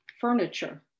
furniture